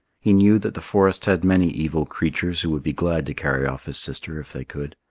he knew that the forest had many evil creatures who would be glad to carry off his sister if they could.